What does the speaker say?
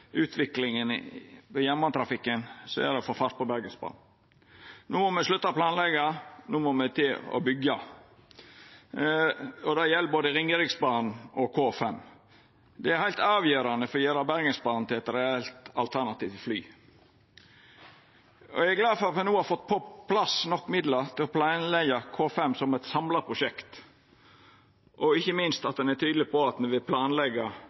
utviklinga i jernbanetrafikken, er det å få fart på Bergensbanen. No må me slutta å planleggja, no må me til med å byggja. Det gjeld både Ringeriksbanen og K5. Det er heilt avgjerande for å gjera Bergensbanen til eit reelt alternativ til fly. Eg er glad for at me no har fått på plass nok midlar til å planleggja K5 som eit samla prosjekt, og ikkje minst at ein er tydeleg på at ein vil